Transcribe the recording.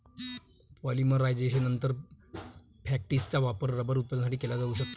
पॉलिमरायझेशननंतर, फॅक्टिसचा वापर रबर उत्पादनासाठी केला जाऊ शकतो